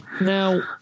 Now